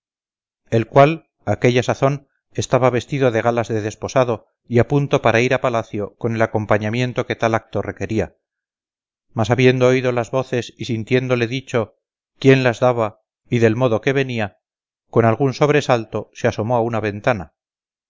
el cual a aquella sazón estaba vestido de galas de desposado y a punto para ir a palacio con el acompañamiento que tal acto requería mas habiendo oído las voces y siéndole dicho quien las daba y del modo que venía con algún sobresalto se asomó a una ventana